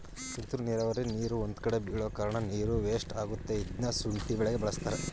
ತುಂತುರು ನೀರಾವರಿ ನೀರು ಒಂದ್ಕಡೆ ಬೀಳೋಕಾರ್ಣ ನೀರು ವೇಸ್ಟ್ ಆಗತ್ತೆ ಇದ್ನ ಶುಂಠಿ ಬೆಳೆಗೆ ಬಳಸ್ತಾರೆ